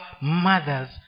mothers